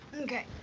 Okay